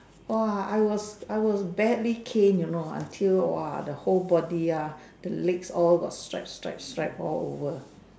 !wah! I was I was badly caned you know until !wah! the whole body ah the legs all got stripe stripe stripe all over